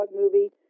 movie